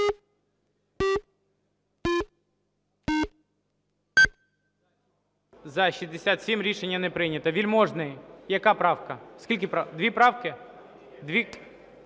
За-67 Рішення не прийнято. Вельможний, яка правка? Скільки?